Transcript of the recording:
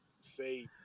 say